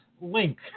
link